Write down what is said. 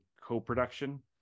co-production